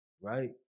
right